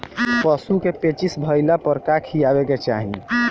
पशु क पेचिश भईला पर का खियावे के चाहीं?